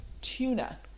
tuna